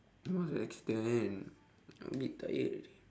must to extend a bit tired